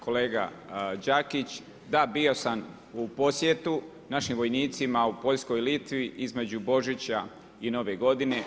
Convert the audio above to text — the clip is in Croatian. Kolega Đakić da bio sam u posjetu našim vojnicima u Poljskoj i Litvi između Božića i nove godine.